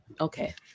okay